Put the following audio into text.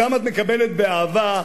אותם את מקבלת באהבה,